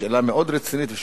היא שאלה רצינית מאוד,